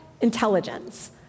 intelligence